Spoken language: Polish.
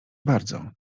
bardzo